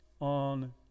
On